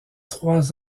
trois